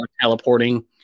teleporting